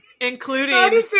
including